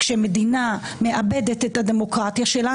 כשמדינה מאבדת את הדמוקרטיה שלה,